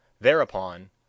thereupon